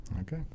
Okay